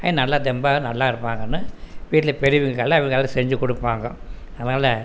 நல்லா தெம்பாக நல்லா இருப்பாங்கன்னு வீட்டில் பெரியவங்க இருக்காங்கல்ல இவர்களுக்காக செஞ்சு கொடுப்பாங்க அதனால